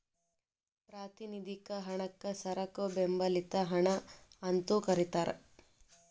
ಪ್ರಾತಿನಿಧಿಕ ಹಣಕ್ಕ ಸರಕು ಬೆಂಬಲಿತ ಹಣ ಅಂತೂ ಕರಿತಾರ